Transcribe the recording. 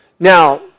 Now